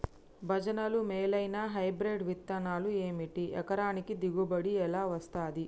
భజనలు మేలైనా హైబ్రిడ్ విత్తనాలు ఏమిటి? ఎకరానికి దిగుబడి ఎలా వస్తది?